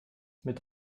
mit